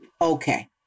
Okay